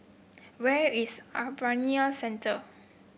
where is Bayanihan Center